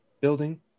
building